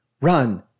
Run